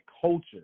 culture